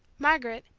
margaret,